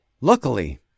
luckily